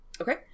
Okay